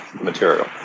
material